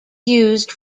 used